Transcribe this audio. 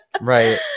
Right